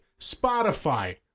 Spotify